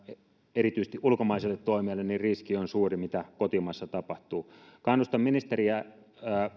erityisesti ulkomaiselle toimijalle niin riski on suuri että mitä kotimaassa tapahtuu kannustan ministeriä